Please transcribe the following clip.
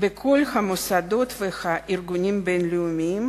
בכל המוסדות והארגונים הבין-לאומיים: